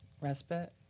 Respite